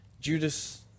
Judas